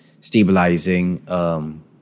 stabilizing